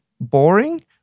boring